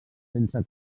sense